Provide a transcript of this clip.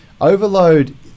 overload